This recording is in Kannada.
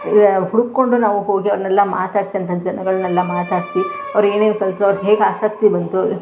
ಈಗ ಹುಡ್ಕೊಂಡು ನಾವು ಹೋಗಿ ಅವರನ್ನೆಲ್ಲ ಮಾತಾಡಿಸಿ ಅಂಥ ಜನಗಳನ್ನೆಲ್ಲ ಮಾತಾಡಿಸಿ ಅವ್ರು ಏನೇನು ಕಲಿತ್ರು ಅವ್ರಿಗೆ ಹೇಗೆ ಆಸಕ್ತಿ ಬಂತು